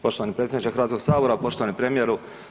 Poštovani predsjedniče Hrvatskog sabora, poštovani premijeru.